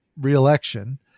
re-election